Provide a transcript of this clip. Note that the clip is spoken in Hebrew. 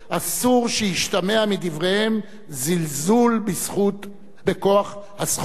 אסור שישתמע מדבריהם זלזול בכוח הזכות.